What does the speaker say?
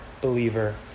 believer